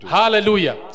hallelujah